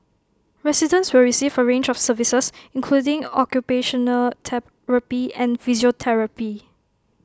residents will receive A range of services including occupational therapy and physiotherapy